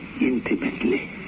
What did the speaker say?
intimately